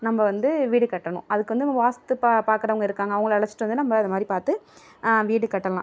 நம்ப வந்து வீடு கட்டணும் அதுக்கு வந்து நம்ப வாஸ்து பா பார்க்கறவுங்க இருக்காங்க அவங்கள அழைச்சுட்டு வந்து நம்ப இதுமாதிரி பார்த்து வீடு கட்டலாம்